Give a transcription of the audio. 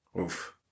oof